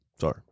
Sorry